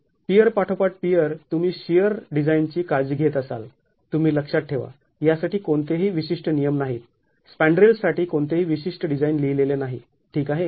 pier पाठोपाठ pier तुम्ही shear डिझाईनची काळजी घेत असाल तुम्ही लक्षात ठेवा यासाठी कोणतेही विशिष्ट नियम नाहीत स्पॅंन्ड्रेल्ससाठी कोणतेही विशिष्ट डिझाईन लिहिलेले नाही ठीक आहे